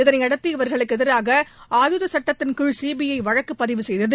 இதனையடுத்து இவர்களுக்கு எதிராக ஆயுத சுட்டத்தின் கீழ் சிபிஐ வழக்கு பதிவு செய்தது